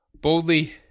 boldly